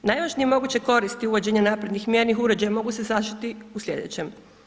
Najvažnije moguće koristi uvođenja naprednih mjernih uređaja mogu se ... u sljedećem.